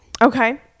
Okay